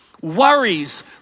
worries